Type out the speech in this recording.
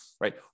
Right